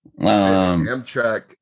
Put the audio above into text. Amtrak